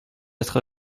être